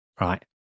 right